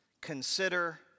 Consider